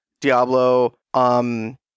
Diablo